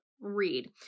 read